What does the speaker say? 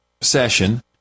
session